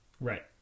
Right